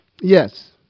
Yes